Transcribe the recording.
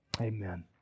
Amen